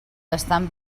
estan